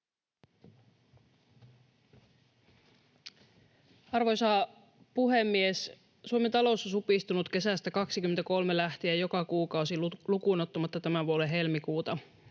Arvoisa puhemies! Suomen talous on supistunut kesästä 2023 lähtien joka kuukausi lukuun ottamatta tämän vuoden helmikuuta.